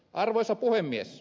arvoisa puhemies